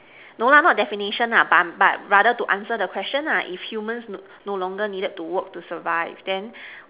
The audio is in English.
no lah not definition lah but but rather to answer the question lah if humans no no longer needed work to survive then